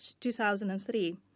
2003